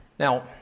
Now